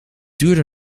duurde